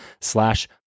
slash